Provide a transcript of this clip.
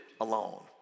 alone